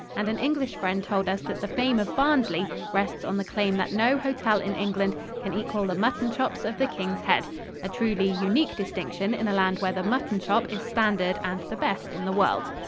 and an english friend told us that the fame of barnsley rests on the claim that no hotel in england can equal the mutton chops of the king's head a truly unique distinction in a land where the mutton chop is standard and the best in the world.